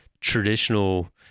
traditional